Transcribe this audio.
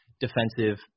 defensive